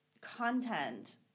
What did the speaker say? content